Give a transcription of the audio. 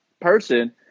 person